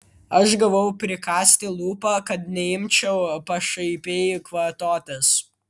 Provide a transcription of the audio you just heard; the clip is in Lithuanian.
aš gavau prikąsti lūpą kad neimčiau pašaipiai kvatotis